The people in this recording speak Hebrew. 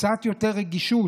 קצת יותר רגישות.